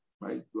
right